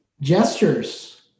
Gestures